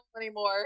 anymore